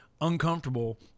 uncomfortable